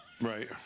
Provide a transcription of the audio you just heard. right